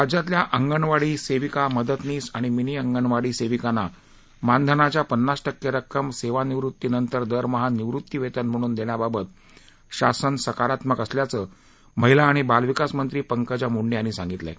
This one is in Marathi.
राज्यातल्या अंगणवाडी सेविका मदतनीस आणि मिनी अंगणवाडी सेविकांना मानधनाच्या पन्नास टक्के रक्कम सेवानिवृत्ती नंतर दरमहा निवृत्ती वेतन म्हणून देण्याबाबत शासन सकारात्मक असल्याचं महिला आणि बालविकास मंत्री पंकजा मुंडे यांनी सांगितलं आहे